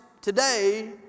today